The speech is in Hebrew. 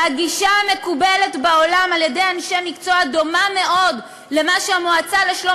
והגישה המקובלת בעולם של אנשי מקצוע דומה מאוד למה שהמועצה לשלום